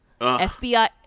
FBI